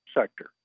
sector